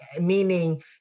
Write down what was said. meaning